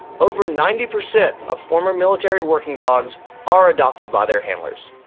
over ninety percent of former military working dogs are adopted by their handlers.